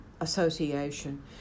Association